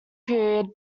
period